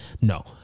no